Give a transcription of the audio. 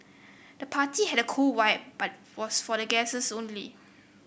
the party had a cool vibe but was for the guests only